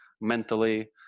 mentally